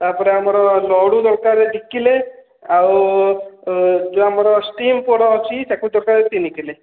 ତାପରେ ଆମର ଲଡ଼ୁ ଦରକାର ଦୁଇ କିଲୋ ଆଉ ଯେଉଁ ଆମର ଷ୍ଟିମ ପୋଡ଼ ଅଛି ତାକୁ ଦରକାର ତିନି କିଲୋ